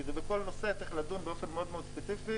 כי בכל נושא צריך לדון באופן מאוד מאוד ספציפי